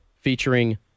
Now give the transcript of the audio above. featuring